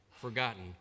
forgotten